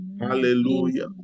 hallelujah